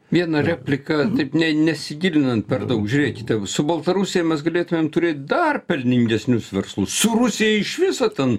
vieną repliką taip ne nesigilinant per daug žiūrėkite su baltarusija mes galėtumėm turėt dar pelningesnius verslus su rusija iš viso ten